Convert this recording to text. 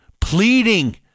pleading